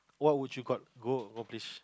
what would you got go no please